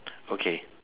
okay